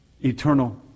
eternal